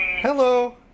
Hello